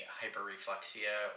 hyperreflexia